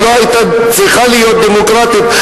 אם לא היתה צריכה להיות דמוקרטית,